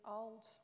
old